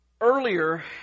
Earlier